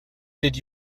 did